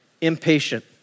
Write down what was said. impatient